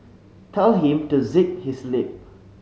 tell him to zip his lip